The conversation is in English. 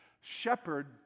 shepherd